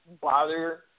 bother